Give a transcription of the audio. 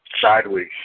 sideways